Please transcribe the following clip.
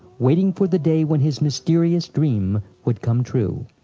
waiting for the day when his mysterious dream would come true.